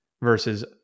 versus